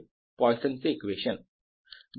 हे आहे पोईसनचे इक्वेशन Poisson's equation